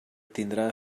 tindrà